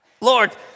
Lord